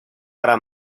para